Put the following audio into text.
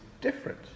different